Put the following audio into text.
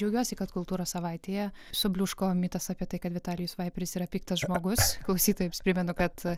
džiaugiuosi kad kultūros savaitėje subliūško mitas apie tai kad vitalijus vaiperis yra piktas žmogus klausytojams primenu kad